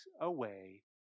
away